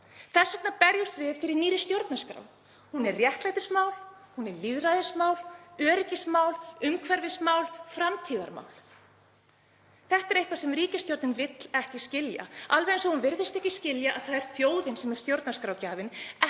Þess vegna berjumst við fyrir nýrri stjórnarskrá. Hún er réttlætismál, lýðræðismál, öryggismál, umhverfismál, framtíðarmál. Þetta er eitthvað sem ríkisstjórnin vill ekki skilja, alveg eins og hún virðist ekki skilja að það er þjóðin sem er stjórnarskrárgjafinn,